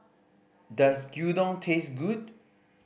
does Gyudon taste good